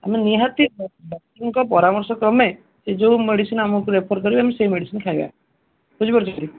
ଆମେ ନିହାତି ଡକ୍ଟରଙ୍କ ପରାମର୍ଶ କ୍ରମେ ଯେଉଁ ମେଡ଼ିସିନ୍ ଆମକୁ ରେଫର୍ କରିବେ ସେହି ମେଡ଼ିସିନ୍ ଖାଇବା ବୁଝିପାରୁଛନ୍ତି